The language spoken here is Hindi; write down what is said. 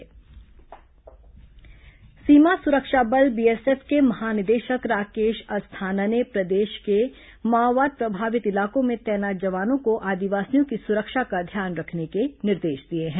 बीएसएफ डीजी जवान मुलाकात सीमा सुरक्षा बल बीएसएफ के महानिदेशक राकेश अस्थाना ने प्रदेश के माओवाद प्रभावित इलाकों में तैनात जवानों को आदिवासियों की सुरक्षा का ध्यान रखने के निर्देश दिए हैं